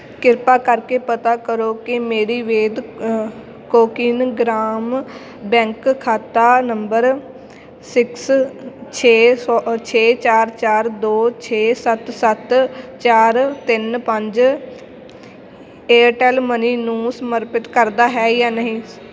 ਕਿਰਪਾ ਕਰਕੇ ਪਤਾ ਕਰੋ ਕਿ ਮੇਰੀ ਵੇਦ ਕੋਂਕਿਨ ਗ੍ਰਾਮ ਬੈਂਕ ਖਾਤਾ ਨੰਬਰ ਸਿਕਸ ਛੇ ਸੌ ਛੇ ਚਾਰ ਚਾਰ ਦੋ ਛੇ ਸੱਤ ਸੱਤ ਚਾਰ ਤਿੰਨ ਪੰਜ ਏਅਰਟੈੱਲ ਮਨੀ ਨੂੰ ਸਮਰਪਿਤ ਕਰਦਾ ਹੈ ਜਾਂ ਨਹੀਂ